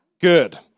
good